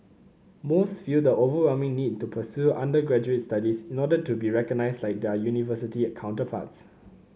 most feel the overwhelming need to pursue undergraduate studies in order to be recognised like their university counterparts